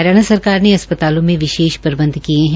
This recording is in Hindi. हरियाणा सरकार ने अस्पतालों में वि ीश प्रबंध किए हैं